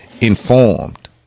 informed